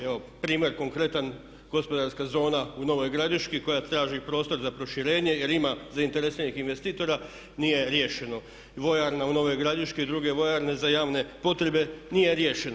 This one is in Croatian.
Evo primjer konkretan gospodarska zona u Novoj Gradiški koja traži prostor za proširenje jer ima zainteresiranih investitora, nije riješeno vojarna u Novoj Gradiški i druge vojarne za javne potrebe nije riješeno.